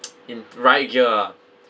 in riot gear ah